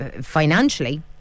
financially